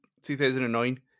2009